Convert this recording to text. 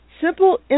simple